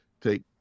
take